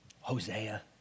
Hosea